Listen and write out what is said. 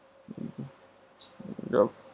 mm yup